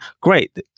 great